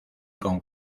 con